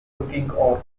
tulkinghorn